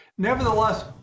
Nevertheless